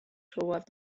toward